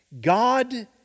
God